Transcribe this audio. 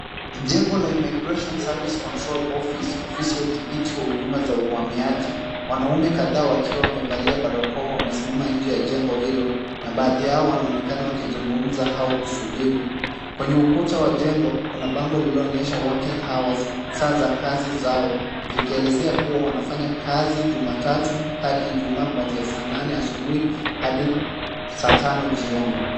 Jengo la Immigration Service Control Office, ofisi ya udhibithi wa huduma za uhamiaji, wanaume kadhaa wakiwa wamevalia barakoa, wamesimama nje ya jengo hilo na baadhi yao wanaonekana wakizungumza au kusubiri. Kwenye ukuta wa jengo kuna bango lililoonyesha working hours saa za kazi zao zikielezea kuwa wanafanya kazi jumatatu hadi Ijumaa kuanzia saa nane asubuhi hadi saa tano jioni.